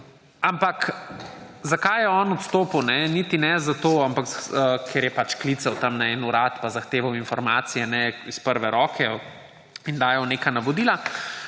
Ampak zakaj je on odstopil? Niti ne zato, ker je pač klical na en urad, zahteval informacije iz prve roke in dajal neka navodila,